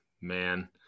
man